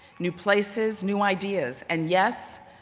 new places, new ideas, and yes,